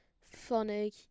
funny